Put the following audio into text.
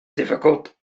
difficult